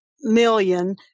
million